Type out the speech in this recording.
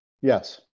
Yes